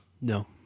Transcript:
no